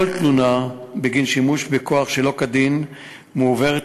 כל תלונה בגין שימוש בכוח שלא כדין מועברת